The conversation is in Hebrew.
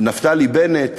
נפתלי בנט,